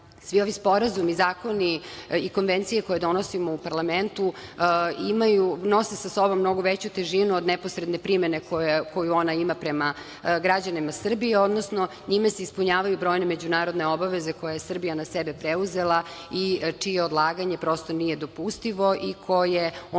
svi ovi sporazumi, zakoni i konvencije koje donosimo u parlamentu nose sa sobom mnogo veću težinu od neposredne primene koju ona ima prema građanima Srbije, odnosno njima se ispunjavaju brojne međunarodne obaveze koje je Srbija na sebe preuzela i čije odlaganje prosto nije dopustivo i koje ona